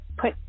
put